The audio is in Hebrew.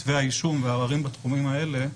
כתבי האישום וערערים בתחומים האלה,